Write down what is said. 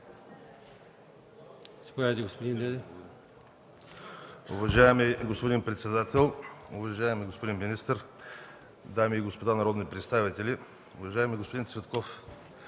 Уважаема госпожо председател, уважаеми господин министър, дами и господа народни представители! Уважаеми господин вносител